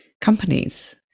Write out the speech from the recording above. companies